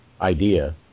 idea